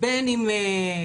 בין אם זיכוי,